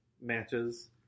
matches